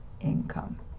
income